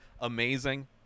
Amazing